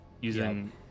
using